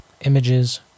images